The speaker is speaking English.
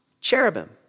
Cherubim